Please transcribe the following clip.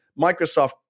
Microsoft